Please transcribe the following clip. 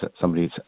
somebody's